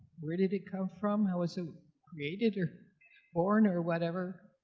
where did it come from? how was it created or born or whatever?